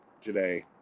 today